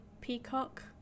peacock